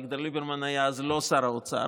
אביגדור ליברמן לא היה אז שר האוצר,